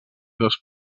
dos